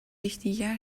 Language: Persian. یکدیگر